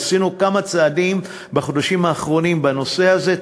עשינו כמה צעדים בחודשים האחרונים בנושא הזה,